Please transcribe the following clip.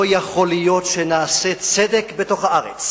לא יכול להיות שנעשה צדק בתוך הארץ